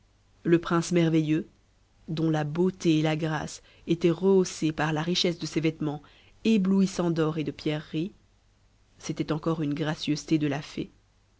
le prince merveilleux dont la beauté et la grâce étaient rehaussées par la richesse de ses vêtements éblouissants d'or et de pierreries c'était encore une gracieuseté de la fée